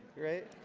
right?